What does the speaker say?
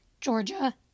Georgia